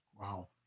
Wow